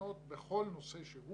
לפנות בכל נושא שהוא.